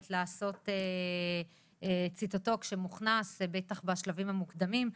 לעשות ציטוטק שמוכנס לבטח בשלבים המוקדמים,